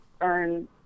earn